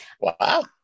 Wow